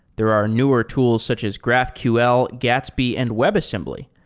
there are newer tools, such as graphql, gatsby and webassembly.